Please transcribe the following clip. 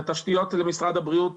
את התשתיות למשרד הבריאות